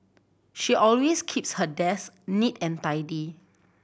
she always keeps her desk neat and tidy